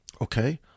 Okay